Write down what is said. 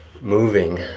moving